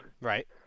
right